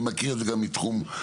אני מכיר את זה גם מתחום פעילותי.